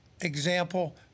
Example